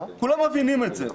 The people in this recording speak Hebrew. כולם מבינים את זה.